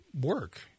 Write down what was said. work